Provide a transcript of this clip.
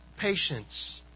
patience